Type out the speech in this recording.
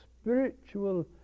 spiritual